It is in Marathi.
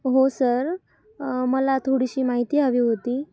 हो सर मला थोडीशी माहिती हवी होती